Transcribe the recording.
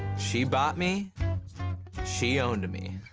she bought me she owned me.